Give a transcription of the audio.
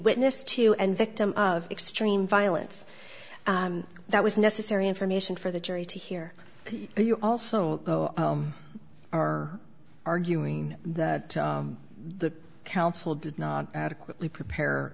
witness to and victim of extreme violence that was necessary information for the jury to hear you also are arguing that the counsel did not adequately prepare